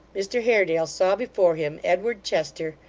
mr haredale saw before him edward chester,